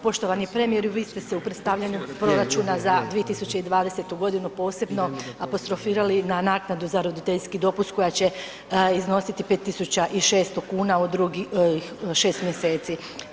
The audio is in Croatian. Poštovani premijeru, vi ste se u predstavljaju proračuna za 2020.g. posebno apostrofirali na naknadu za roditeljski dopust koja će iznositi 5.600,00 kn u drugih 6. mjeseci.